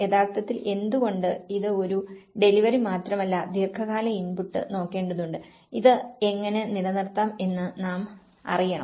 യഥാർത്ഥത്തിൽ എന്തുകൊണ്ട് ഇത് ഒരു ഡെലിവറി മാത്രമല്ല ദീർഘകാല ഇൻപുട്ട് നോക്കേണ്ടതുണ്ട് ഇത് എങ്ങനെ നിലനിർത്താം എന്ന് നാം അറിയണം